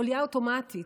עלייה אוטומטית,